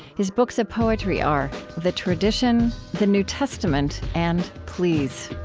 his books of poetry are the tradition, the new testament, and please